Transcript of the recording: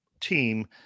team